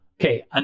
Okay